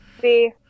See